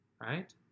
right